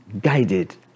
guided